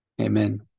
Amen